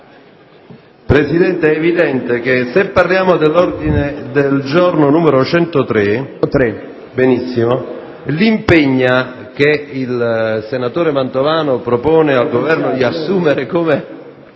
Presidente, è evidente che se parliamo dell'ordine del giorno G103, l'impegno, che il senatore Mantovano propone al Governo di assumere come